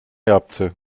yaptı